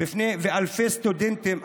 בפני אלפי סטודנטים.